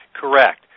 Correct